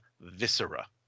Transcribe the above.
viscera